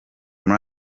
muri